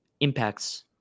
impacts